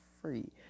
free